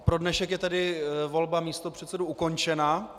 Pro dnešek je tedy volba místopředsedů ukončena.